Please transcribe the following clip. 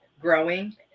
growing